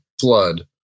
flood